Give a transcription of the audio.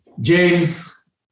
James